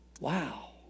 Wow